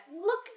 Look